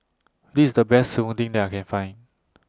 This IS The Best Serunding that I Can Find